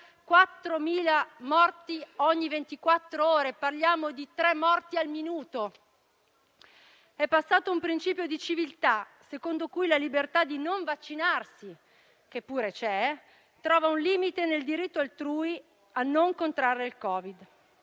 4.000 morti ogni ventiquattro ore, parliamo di tre morti al minuto. È passato un principio di civiltà, secondo cui la libertà di non vaccinarsi, che pure c'è, trova un limite nel diritto altrui a non contrarre il Covid.